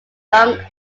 young